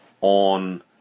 on